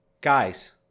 guys